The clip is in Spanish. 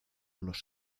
los